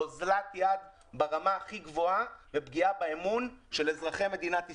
זו אוזלת יד ברמה הכי גבוהה ופגיעה באמון של אזרחי מדינת ישראל.